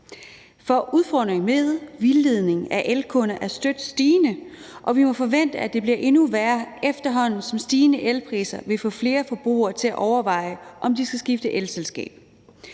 For udfordringen med vildledning af elkunder er støt stigende, og vi må forvente, at det bliver endnu værre, efterhånden som stigende elpriser vil få flere forbrugere til at overveje, om de skal skifte elselskab.